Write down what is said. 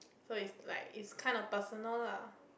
so is like it's kind of personal lah